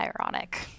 ironic